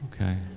Okay